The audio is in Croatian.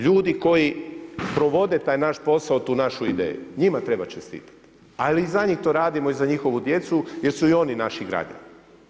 Ljudi koji provode taj naš posao, tu našu ideju njima treba čestitati, a za njih to radimo i za njihovu djecu jer su i oni naši građani.